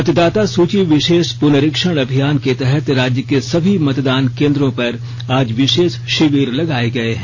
मतदाता सूची विशेष पुनरीक्षण अभियान के तहत राज्य के सभी मतदान केंद्रों पर आज विशेष शिविर लगाए गए हैं